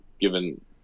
given